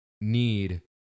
need